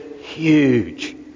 huge